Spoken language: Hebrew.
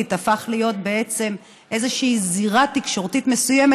הפכו להיות בעצם איזושהי זירה תקשורתית מסוימת,